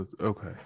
Okay